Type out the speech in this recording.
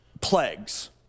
plagues